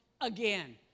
again